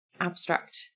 abstract